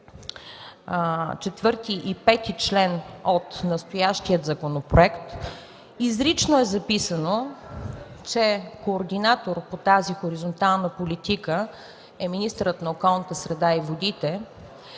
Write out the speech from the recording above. чл. 4 и 5 от настоящия законопроект изрично е записано, че координатор по тази хоризонтална политика е министърът на околната среда и водите